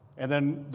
and then,